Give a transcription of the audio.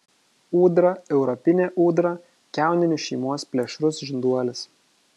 ūdra europinė ūdra kiauninių šeimos plėšrus žinduolis